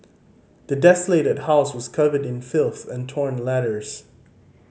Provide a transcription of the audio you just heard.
the desolated house was covered in filth and torn letters